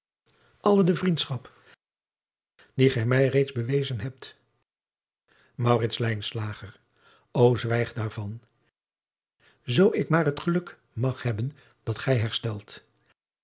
alle de vriendschap die gij mij reeds bewezen hebt maurits lijnslager o zwijg daar van zoo ik maar het geluk mag hebben dat gij herstelt